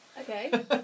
Okay